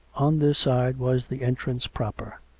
on this side was the entrance proper,